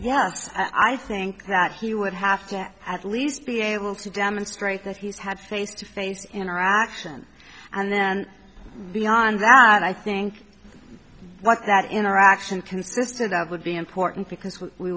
yes i think that he would have to at least be able to demonstrate that he's had face to face interaction and then beyond that i think what that interaction consisted of would be important because we